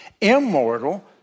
Immortal